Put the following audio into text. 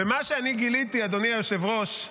מה שאני גיליתי, אדוני היושב-ראש,